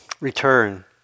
return